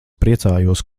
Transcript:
priecājos